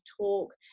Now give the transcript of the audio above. talk